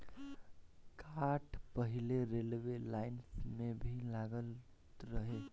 काठ पहिले railway line में भी लागत रहे